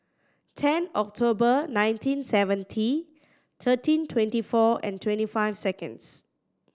ten October nineteen seventy thirteen twenty four and twenty five seconds